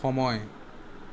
সময়